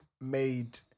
made